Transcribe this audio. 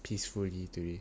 peacefully today